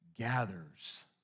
gathers